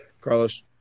Carlos